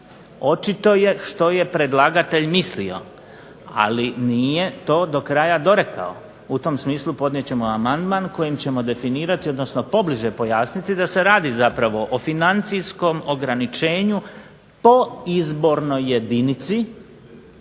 Očito je što je predlagatelj mislio, ali nije to do kraja dorekao. U tom smislu podnijet ćemo amandman, kojim ćemo definirati, odnosno pobliže pojasniti da se radi zapravo o financijskom ograničenju po izbornoj jedinici,